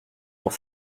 dans